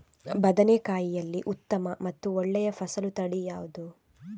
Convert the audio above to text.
ಬದನೆಕಾಯಿಯಲ್ಲಿ ಉತ್ತಮ ಮತ್ತು ಒಳ್ಳೆಯ ಫಸಲು ತಳಿ ಯಾವ್ದು?